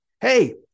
hey